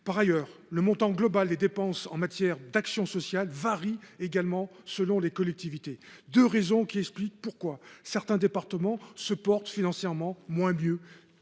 Par ailleurs, le montant global des dépenses en matière d’action sociale varie également selon les collectivités. Ces deux facteurs expliquent pourquoi certains départements se portent financièrement moins bien